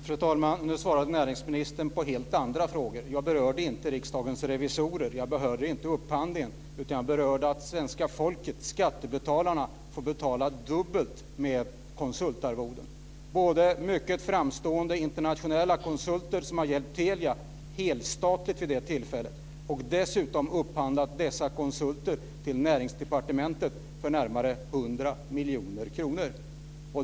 Fru talman! Nu svarade näringsministern på helt andra frågor. Jag berörde inte Riksdagens revisorer och upphandlingen, utan jag berörde att svenska folket, skattebetalarna, får betala dubbelt med konsultarvoden. Det gäller de mycket framstående internationella konsulter som har hjälpt Telia, helstatligt vid det tillfället, och dessutom de konsulter som upphandlats till Näringsdepartementet för närmare 100 miljoner kronor.